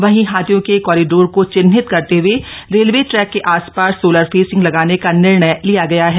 वहीं हाथियों के कॉरीडोर को चिन्हित करते हुए रेलवे ट्रैक के आसपास सोलर फॅसिंग लगाने का निर्णय लिया गया है